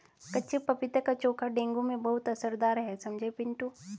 कच्चे पपीते का चोखा डेंगू में बहुत असरदार है समझे पिंटू